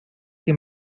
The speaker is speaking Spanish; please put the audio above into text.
que